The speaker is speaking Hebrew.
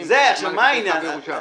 -- -צו ירושה.